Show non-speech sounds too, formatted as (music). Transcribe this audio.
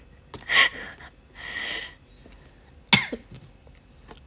(breath) (coughs)